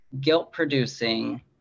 guilt-producing